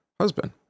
husband